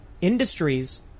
Industries